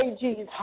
Jesus